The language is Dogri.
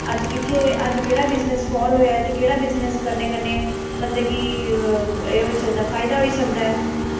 अज्ज केह्ड़ा बिज़नस फेल होआ ऐ ते केह्ड़ा बिज़नस करने कन्नै बंदे गी एह् फायदा होई सकदा ऐ